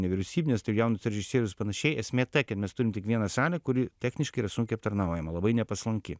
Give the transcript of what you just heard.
nevyriausybinius jaunus režisierius panašiai esmė ta kad mes turim tik vieną salę kuri techniškai yra sunkiai aptarnaujama labai nepaslanki